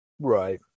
Right